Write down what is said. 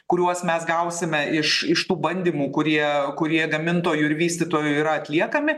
kuriuos mes gausime iš iš tų bandymų kurie kurie gamintojų ir vystytojų yra atliekami